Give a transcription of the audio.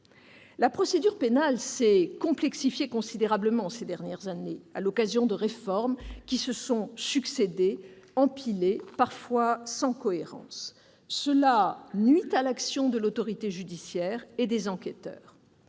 La procédure pénale s'est complexifiée ces dernières années, à l'occasion de réformes qui se sont succédé, empilées, parfois sans cohérence. Cela nuit à l'action de l'autorité judiciaire et des enquêteurs.